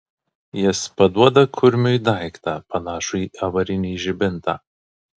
jis paduoda kurmiui daiktą panašų į avarinį žibintą